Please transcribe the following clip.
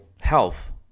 health